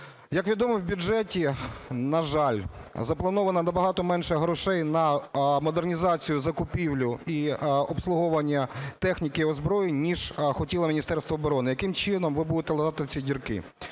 як відомо, в бюджеті, на жаль, заплановано набагато менше грошей на модернізацію, закупівлю і обслуговування техніки і озброєнь, ніж хотіло Міністерство оборони. Яким чином ви будете латати ці дірки?